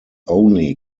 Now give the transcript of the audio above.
only